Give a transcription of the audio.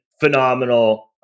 phenomenal